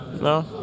No